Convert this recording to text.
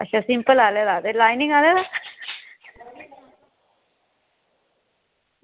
अच्छा सिंपल आह्ले दा ते लाईनिंग आह्ले दा